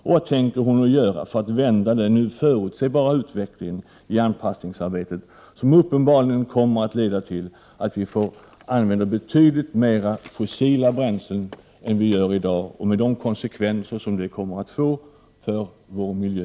Och vad tänker Birgitta Dahl göra för att vända den nu förutsebara utvecklingen i anpassningsarbetet, som uppenbarligen kommer att leda till att vi får använda fossila bränslen i betydligt större utsträckning än vi gör i dag? Här måste man också beakta de konsekvenser som detta kommer att få för vår miljö.